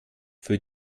für